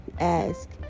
ask